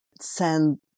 send